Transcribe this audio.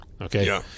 Okay